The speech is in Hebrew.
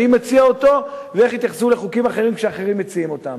מציע אותו ואיך התייחסו לחוקים אחרים כשאחרים מציעים אותם.